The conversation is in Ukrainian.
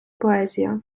поезія